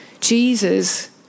Jesus